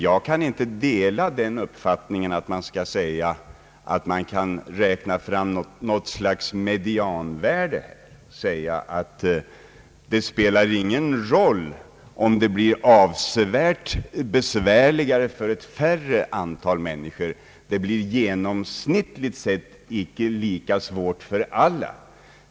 Jag kan inte dela den uppfattningen att man här kan räkna fram något slags medianvärde och säga: Det spelar ingen roll om det blir avsevärt besvärligare för ett färre antal människor; det blir genomsnittligt sett icke lika svårt för alla.